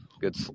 good